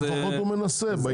לפחות הוא מנסה.